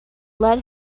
lead